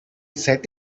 set